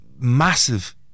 massive